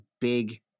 big